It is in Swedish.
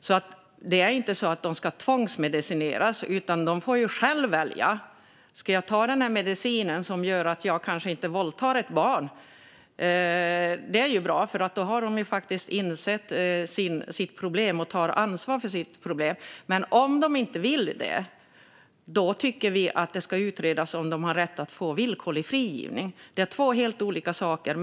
Det är alltså inte så att de ska tvångsmedicineras, utan de får själva välja: "Ska jag ta den här medicinen som gör att jag kanske inte våldtar ett barn?" Om de gör det är det bra, för då har de faktiskt insett sitt problem och tar ansvar för det. Men vi tycker att det ska utredas om den som inte vill ta medicinen har rätt att få villkorlig frigivning. Det är två helt olika saker.